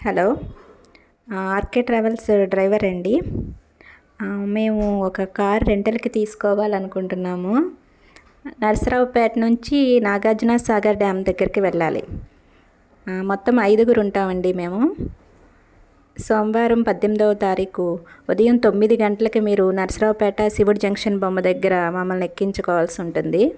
hello RK travels driver అండి మేము ఒక కార్ రెంటల్కి తీసుకోవాలనుకుంటున్నాము నరసరావుపేట నుంచి నాగార్జునసాగర్ డ్యాం దగ్గరికి వెళ్ళాలి మొత్తం ఐదుగురు ఉంటామండి మేము సోమవారం పద్దెనిమిదవ తారీఖు ఉదయం తొమ్మిది గంటలకి మీరు నరసరావుపేట శివుడి జంక్షన్ బొమ్మ దగ్గర మమల్ని ఎక్కించుకోవాల్సి ఉంటుంది